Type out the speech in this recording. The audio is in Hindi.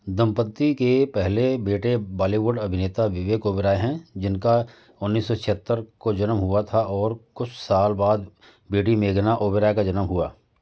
दंपति के पहले बेटे बॉलीवुड अभिनेता विवेक ओबेरॉय हैं जिनका उन्नीस सौ छिहत्तर को जन्म हुआ था और कुछ साल बाद बेटी मेघना ओबेरॉय का जन्म हुआ